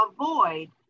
avoid